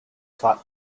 plot